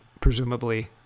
presumably